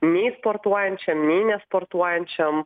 nei sportuojančiam nei nesportuojančiam